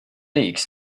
leagues